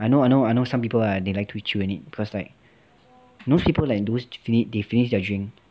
I know I know I know some people right they like to chew on it cause like you know those people like those finish they finish their drink